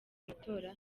amatora